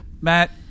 Matt